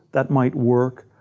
that might work.